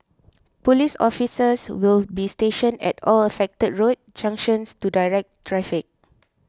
police officers will be stationed at all affected road junctions to direct traffic